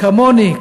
כמוני,